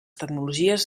tecnologies